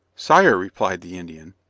sire, replied the indian,